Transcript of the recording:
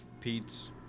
Pete's